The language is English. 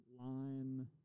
line